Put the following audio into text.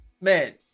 Man